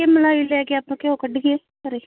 ਕਿ ਮਲਾਈ ਲੈ ਕੇ ਆਪਾਂ ਘਿਓ ਕੱਢੀਏ ਘਰ